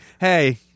hey